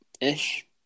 ish